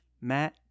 Matt